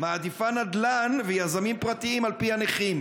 מעדיפה נדל"ן ויזמים פרטיים על פני הנכים?